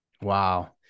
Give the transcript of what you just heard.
Wow